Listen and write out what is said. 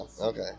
Okay